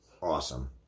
Awesome